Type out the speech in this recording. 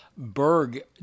Berg